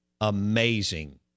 amazing